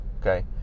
okay